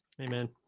Amen